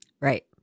Right